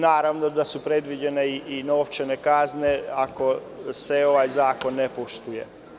Naravno da su predviđene i novčane kazne ako se ovaj zakon ne poštuje.